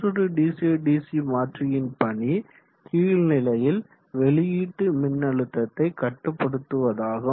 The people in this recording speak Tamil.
மற்றொரு டிசி டிசி மாற்றியின் பணி கீழ்நிலையில் வெளியீட்டு மின்னழுத்தத்தை கட்டுப்படுத்துவதாகும்